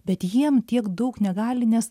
bet jiem tiek daug negali nes